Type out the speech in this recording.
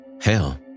Hell